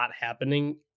happening